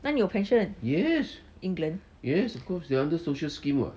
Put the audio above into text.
哪里有 pension england